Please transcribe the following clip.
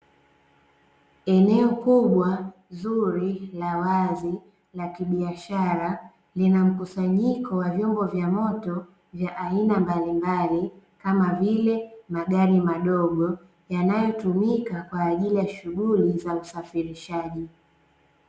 Eneo kubwa zuri la wazi la kibiashara, lina mkusanyiko wa vyombo vya moto vya aina mbalimbali kama vile magari madogo, yanayotumika kwaajili ya shughuli za usafirishaji.